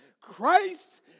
Christ